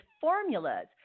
formulas